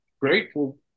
grateful